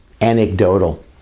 anecdotal